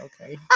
okay